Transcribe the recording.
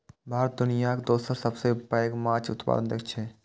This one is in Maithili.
भारत दुनियाक दोसर सबसं पैघ माछ उत्पादक देश छियै